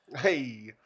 hey